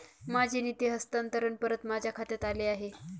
माझे निधी हस्तांतरण परत माझ्या खात्यात आले आहे